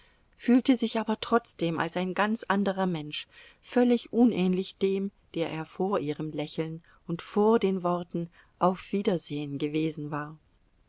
fühlte sich aber trotzdem als ein ganz anderer mensch völlig unähnlich dem der er vor ihrem lächeln und vor den worten auf wiedersehen gewesen war